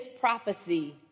prophecy